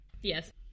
Yes